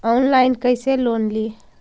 Online कैसे loan ली?